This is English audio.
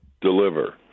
Deliver